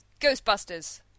Ghostbusters